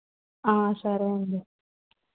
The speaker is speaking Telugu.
సరే అండి